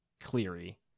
Cleary